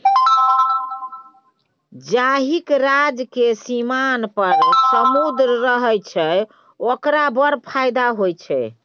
जाहिक राज्यक सीमान पर समुद्र रहय छै ओकरा बड़ फायदा होए छै